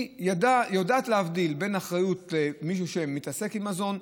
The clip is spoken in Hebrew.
היא יודעת להבדיל בין אחריות של מישהו שמתעסק עם מזון,